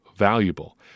Valuable